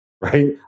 Right